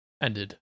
ended